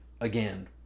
again